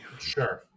Sure